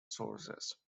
sources